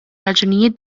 raġunijiet